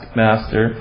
master